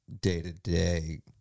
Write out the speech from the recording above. day-to-day